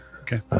Okay